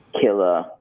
killer